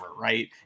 right